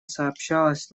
сообщалось